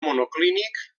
monoclínic